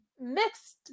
mixed